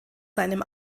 seinem